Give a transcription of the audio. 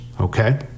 Okay